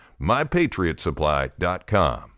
MyPatriotSupply.com